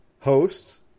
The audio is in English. hosts